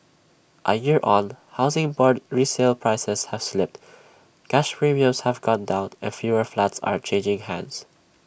A year on Housing Board resale prices have slipped cash premiums have gone down and fewer flats are changing hands